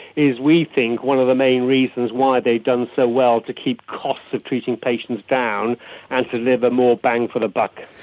is we think one of the main reasons why they've done so well to keep costs of treating patients down and to deliver ah more bang for the buck.